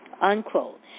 unquote